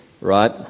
right